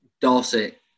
Dorset